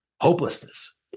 hopelessness